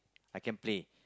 I can play